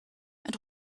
and